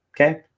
Okay